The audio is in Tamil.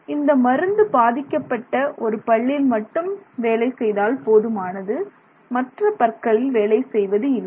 எனவே இந்த மருந்து பாதிக்கப்பட்ட ஒரு பல்லில் மட்டும் வேலை செய்தால் போதுமானது மற்ற பற்களில் வேலை செய்வதில்லை